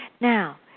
Now